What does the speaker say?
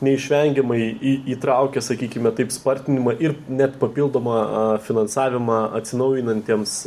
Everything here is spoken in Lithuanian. neišvengiamai į įtraukia sakykime taip spartinimą ir net papildomą finansavimą atsinaujinantiems